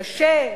קשה,